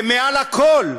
ומעל לכול,